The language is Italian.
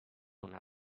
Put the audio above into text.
una